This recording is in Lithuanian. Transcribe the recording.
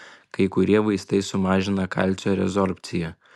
kai kurie vaistai sumažina kalcio rezorbciją